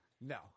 no